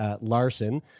Larson